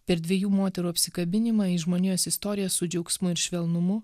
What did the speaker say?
per dviejų moterų apsikabinimą į žmonijos istoriją su džiaugsmu ir švelnumu